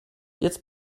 jetzt